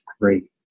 great